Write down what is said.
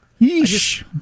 Yeesh